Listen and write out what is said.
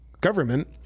government